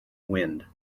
wind